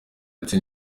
ndetse